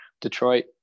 Detroit